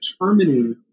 determining